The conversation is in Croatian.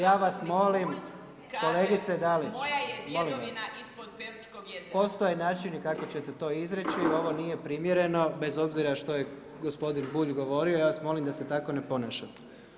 Ja vas molim … [[Upadica se ne čuje.]] kolegice Dalić, molim vas, postoje načini kako ćete to izreći, ovo nije primjerno, bez obzira što je gospodin Bulj govorio, ja vas molim da se tako ne ponašate.